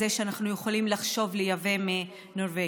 שאנחנו יכולים לחשוב לייבא אותם מנורבגיה.